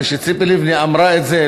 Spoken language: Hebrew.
כשציפי לבני אמרה את זה,